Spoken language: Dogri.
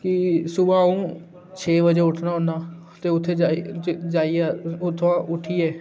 कि सुबह् अ'ऊं छे बजे उट्ठना होना ते उट्ठियै जा जाइयै उत्थुआं उट्ठियै